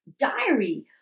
diary